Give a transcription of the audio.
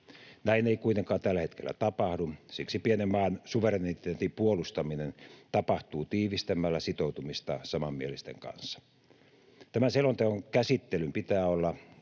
Näin ei kuitenkaan tällä hetkellä tapahdu. Siksi pienen maan suvereniteetin puolustaminen tapahtuu tiivistämällä sitoutumista samanmielisten kanssa. Tämän selonteon käsittelyn pitää olla